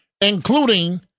including